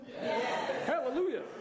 Hallelujah